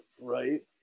right